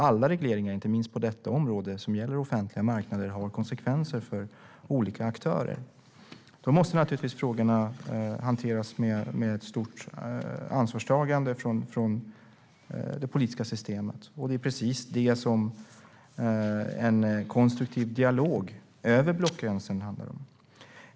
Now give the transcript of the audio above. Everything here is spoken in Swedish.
Alla regleringar, inte minst på detta område, som gäller offentliga marknader har konsekvenser för olika aktörer. Då måste naturligtvis frågorna hanteras med ett stort ansvarstagande från det politiska systemet. Det är precis det som en konstruktiv dialog över blockgränsen handlar om.